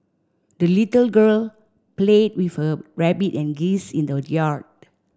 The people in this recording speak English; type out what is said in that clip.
the little girl played with her rabbit and geese in the yard